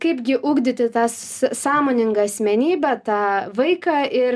kaipgi ugdyti tą sąmoningą asmenybę tą vaiką ir